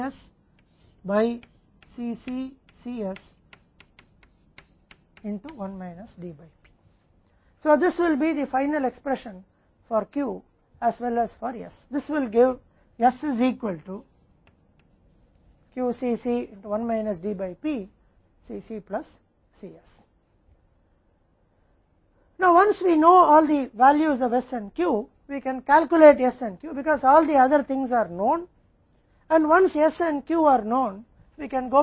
अब एक बार जब हम s और Q के सभी मूल्यों को जान लेते हैं तो हम s और Q की गणना कर सकते हैं क्योंकि अन्य सभी चीजें ज्ञात हैं और एक बार s और Q ज्ञात हैं कि हम वापस जा सकते हैं और t 1 t 2 t 3 t 4 की गणना कर सकते हैं और कुल लागत और इतने पर